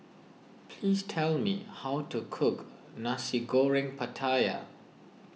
please tell me how to cook Nasi Goreng Pattaya